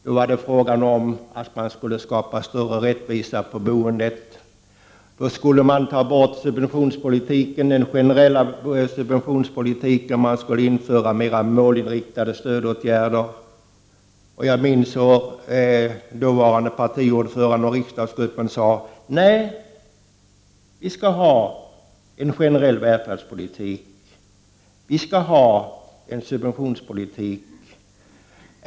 Då var det fråga om att man skulle skapa större rättvisa på boendeområdet, då skulle man ta bort den generella subventionspolitiken, och man skulle införa mer målinriktade stöd. Och jag minns hur dåvarande partiordföranden och riksdagsgruppen sade att vi skall ha en generell välfärdspolitik. Vi skall ha en subventionspolitik.